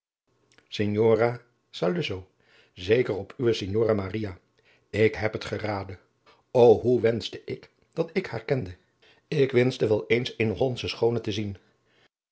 saluzzo zeker op uwe signora maria ik heb het geraden o hoe wenschte ik dat ik haar kende ik wenschte wel eens eene hollandsche schoone te zien